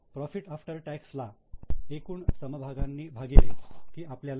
profit after tax ला एकूण समभागांनी भागिले की आपल्याला इ